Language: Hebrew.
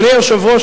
אדוני היושב-ראש,